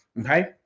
Okay